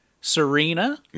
Serena